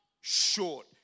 short